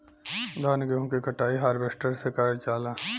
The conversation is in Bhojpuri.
धान गेहूं क कटाई हारवेस्टर से करल जाला